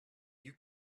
you